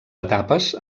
etapes